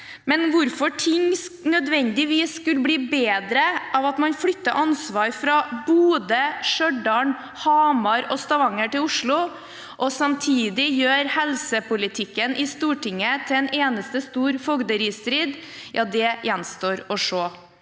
Men hvorfor ting nødvendigvis skulle bli bedre ved at man flytter ansvar fra Bodø, Stjørdal, Hamar og Stavanger til Oslo, og samtidig gjør helsepolitikken i Stortinget til en eneste stor fogderistrid, gjenstår å se.